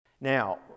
Now